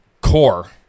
core